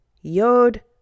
Yod